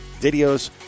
videos